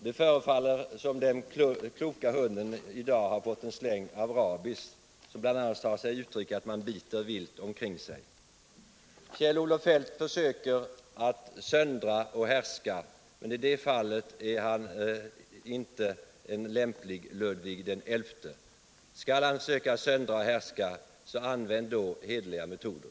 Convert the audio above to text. Det förefaller som om den kloka hunden i dag fått en släng av rabies, som bl.a. tar sig uttryck i'att man biter vilt omkring sig. Kjell-Olof Feldt försöker söndra och härska, men i det fallet är han inte någon Ludvig XI. Skall han försöka söndra och härska bör han använda hederliga metoder.